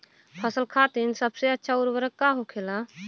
फसल खातीन सबसे अच्छा उर्वरक का होखेला?